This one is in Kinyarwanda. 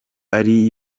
ari